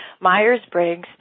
Myers-Briggs